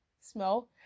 smell